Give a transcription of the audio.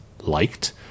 liked